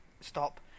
stop